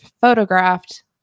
photographed